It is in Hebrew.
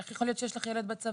איך יכול להיות שיש לך ילד בצבא.